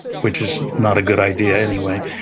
which is not a good idea anyway,